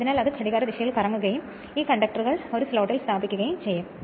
അതിനാൽ അത് ഘടികാരദിശയിൽ കറങ്ങുകയും ഈ കണ്ടക്ടറുകൾ ഒരു സ്ലോട്ടിൽ സ്ഥാപിക്കുകയും ചെയ്യും